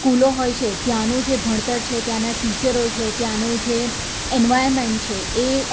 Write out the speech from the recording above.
સ્કૂલો હોય છે ત્યાંનું જે ભણતર છે ત્યાંના ટીચરો છે ત્યાંનું જે એન્વાયરમેન્ટ છે એ